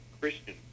Christian